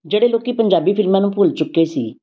ਜਿਹੜੇ ਲੋਕ ਪੰਜਾਬੀ ਫਿਲਮਾਂ ਨੂੰ ਭੁੱਲ ਚੁੱਕੇ ਸੀ